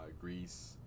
Greece